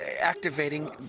activating